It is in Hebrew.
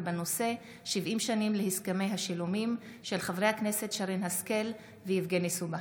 בהצעתם של חברי הכנסת שרן השכל ויבגני סובה